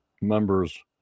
members